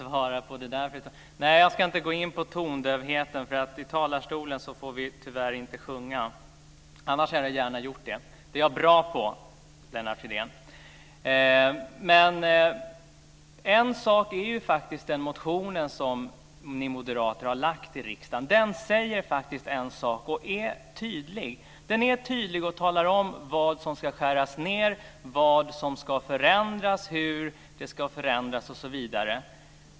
Fru talman! Jag ska inte gå in på tondövheten. I talarstolen får vi nämligen tyvärr inte sjunga. Annars hade jag gärna gjort det. Det är jag bra på, Lennart Den motion som ni moderater har väckt i riksdagen säger en sak, och den är tydlig. Den talar tydligt om vad som ska skäras ned, vad som ska förändras, hur det ska förändras osv.